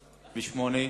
התעבורה,